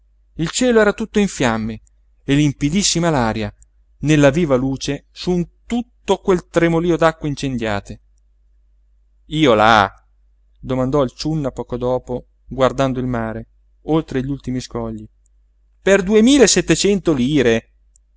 il cielo era tutto in fiamme e limpidissima l'aria nella viva luce su tutto quel tremolío d'acque incendiate io là domandò il ciunna poco dopo guardando il mare oltre gli ultimi scogli per duemila e settecento lire